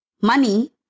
Money